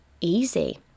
easy